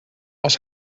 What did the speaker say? als